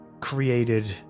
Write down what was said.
created